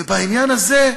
ובעניין הזה,